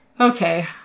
Okay